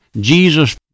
Jesus